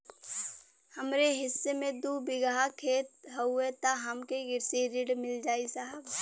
हमरे हिस्सा मे दू बिगहा खेत हउए त हमके कृषि ऋण मिल जाई साहब?